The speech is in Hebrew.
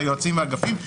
היועצים והאגפים,